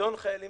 פיקדון חיילים